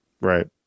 Right